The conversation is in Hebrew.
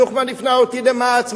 זוכמן הפנה אותי למע"צ,